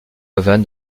haven